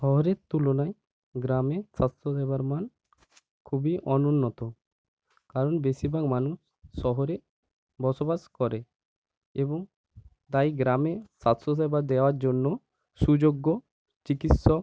শহরের তুলনায় গ্রামে স্বাস্থ্য সেবার মান খুবই অনুন্নত কারণ বেশিভাগ মানুষ শহরে বসবাস করে এবং তাই গ্রামে স্বাস্ত্য সেবা দেয়ার জন্য সুযোগ্য চিকিৎসক